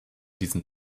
diesen